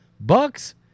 bucks